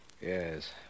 Yes